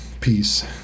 peace